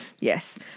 Yes